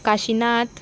Kashinath